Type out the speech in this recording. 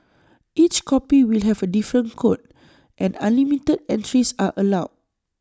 each copy will have A different code and unlimited entries are allowed